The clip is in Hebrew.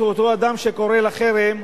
את אותו אדם שקורא לחרם,